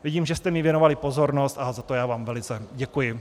Vidím, že jste mi věnovali pozornost, a za to já vám velice děkuji.